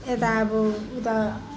यता अब उता